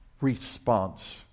response